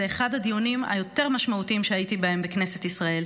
זה אחד הדיונים היותר משמעותיים שהייתי בהם בכנסת ישראל.